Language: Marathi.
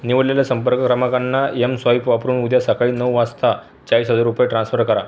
निवडलेल्या संपर्क क्रमांकांना एमस्वाईप वापरून उद्या सकाळी नऊ वाजता चाळीस हजार रुपये ट्रान्सफर करा